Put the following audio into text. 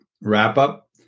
wrap-up